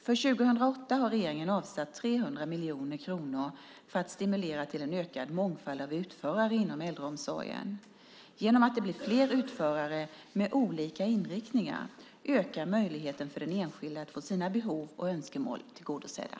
För 2008 har regeringen avsatt 300 miljoner kronor för att stimulera till en ökad mångfald av utförare inom äldreomsorgen. Genom att det blir fler utförare med olika inriktningar ökar möjligheten för den enskilde att få sina behov och önskemål tillgodosedda.